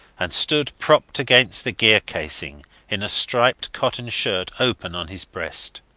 and stood propped against the gear-casing in a striped cotton shirt open on his breast.